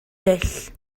dull